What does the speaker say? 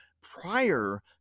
prior